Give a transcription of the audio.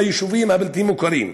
ביישובים הבלתי-מוכרים,